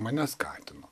mane skatino